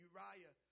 Uriah